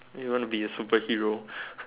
you want to be a superhero